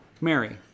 Mary